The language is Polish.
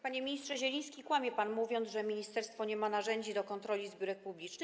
Panie ministrze Zieliński, kłamie pan, mówiąc, że ministerstwo nie ma narzędzi do kontroli zbiórek publicznych.